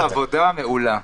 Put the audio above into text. עבודה מעולה.